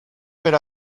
per